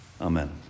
Amen